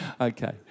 Okay